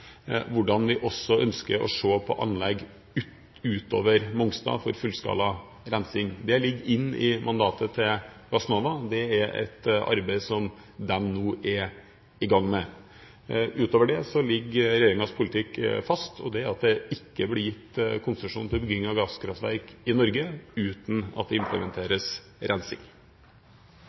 hvordan vi også ønsker å se på anlegg utover Mongstad for fullskala rensing. Det ligger inne i mandatet til Gassnova. Det er et arbeid som de nå er i gang med. Utover det ligger regjeringens politikk fast, og det er at det ikke blir gitt konsesjon til bygging av gasskraftverk i Norge, uten at det implementeres rensing.